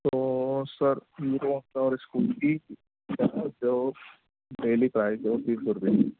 تو sir hero scooty daily price ہے وہ تین سو روپے ہے